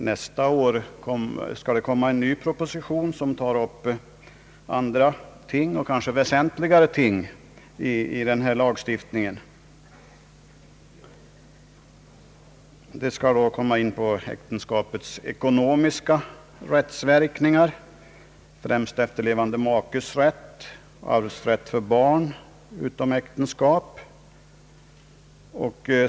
Nästa år skall det komma en ny proposition som tar upp andra och kanske väsentligare ting i denna lagstiftning, nämligen äktenskapets ekonomiska rättsverkningar, främst efterlevande makes rätt och arvsrätt för barn utom äkenskap.